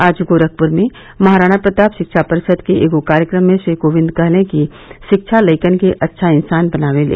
आज गोरखप्र में महाराणा प्रताप शिक्षा परिषद के एक कार्यक्रम में श्री कोविंद ने कहा कि रिक्षा बच्चे को अच्छा इंसान बनाती है